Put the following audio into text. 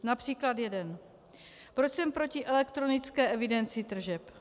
Například jeden: Proč jsem proti elektronické evidenci tržeb?